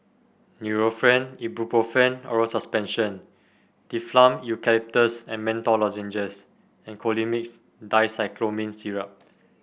Nurofen Ibuprofen Oral Suspension Difflam Eucalyptus and Menthol Lozenges and Colimix Dicyclomine Syrup